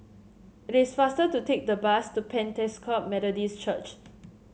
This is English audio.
it is faster to take the bus to Pentecost Methodist Church